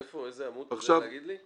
איפה, באיזה עמוד, אתה יודע להגיד לי?